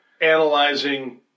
analyzing